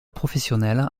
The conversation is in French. professionnelle